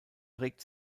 trägt